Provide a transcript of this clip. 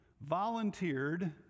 volunteered